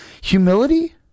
humility